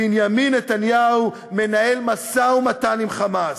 בנימין נתניהו מנהל משא-ומתן עם ה"חמאס".